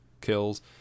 kills